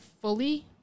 fully